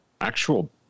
Actual